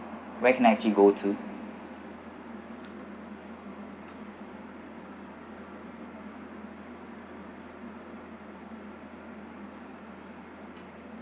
where can I actually go to